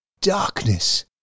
Darkness